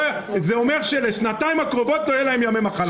זה אומר שלשנתיים הקרובות לא יהיה להם ימי מחלה.